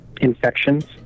infections